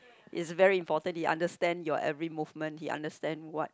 is very important he understand your every movement he understand what